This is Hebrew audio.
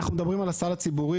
אני מדבר על הסל הציבורי,